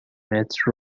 متر